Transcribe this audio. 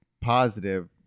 positive